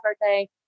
birthday